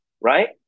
right